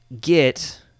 get